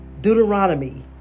Deuteronomy